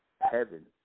heaven